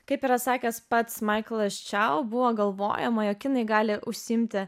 kaip yra sakęs pats maiklas čiau buvo galvojama jog kinai gali užsiimti